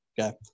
okay